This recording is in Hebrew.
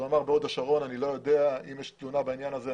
בהוד השרון אני לא יודע ואם יש תלונה בעניין הזה,